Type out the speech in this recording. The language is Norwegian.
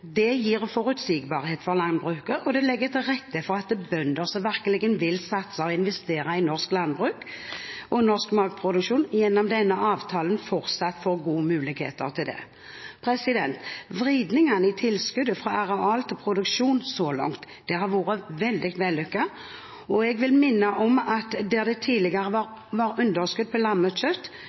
Dette gir forutsigbarhet for landbruket, og det legger til rette for at bønder som virkelig vil satse og investere i norsk landbruk og norsk matproduksjon, gjennom denne avtalen fortsatt får gode muligheter til det. Vridningene i tilskuddet fra areal til produksjon har vært veldig vellykket så langt, og jeg vil minne om at der det tidligere var underskudd på